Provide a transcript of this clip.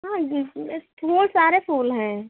हाँ वे सारे फूल हैं